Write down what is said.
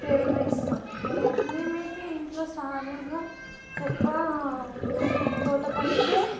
ప్రేరణ ఇస్తాము మే మేమైతే ఇంట్లో సహజంగా ఎక్కువ తోట పనికే